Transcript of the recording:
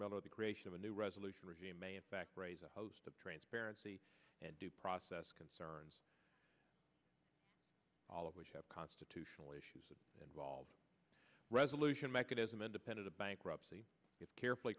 mello the creation of a new resolution regime may in fact raise a host of transparency and due process concerns all of which have constitutional issues involved resolution mechanism independent of bankruptcy carefully